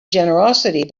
generosity